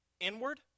inward